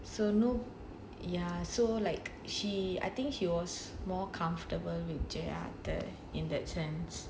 so no ya so like she I think she was more comfortable with J arthur